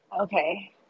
Okay